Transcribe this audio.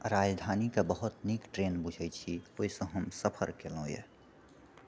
राजधानीके बहुत नीक ट्रेन बुझैत छी ओहिसँ हम सफर केलहुँ यऽ